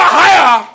higher